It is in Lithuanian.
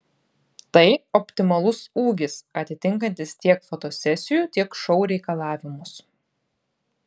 tai optimalus ūgis atitinkantis tiek fotosesijų tiek šou reikalavimus